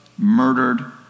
murdered